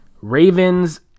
Ravens